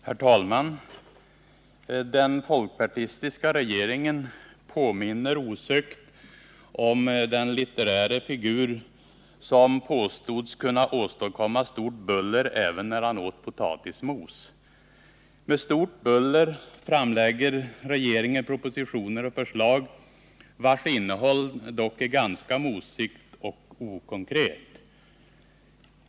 Herr talman! Den folkpartistiska regeringen påminner osökt om den litteräre figur som påstods kunna åstadkomma stort buller även när han åt potatismos. Med stort buller framlägger regeringen propositioner och förslag, vars innehåll dock är ganska mosigt och okonkret.